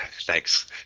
thanks